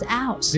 out